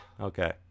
Okay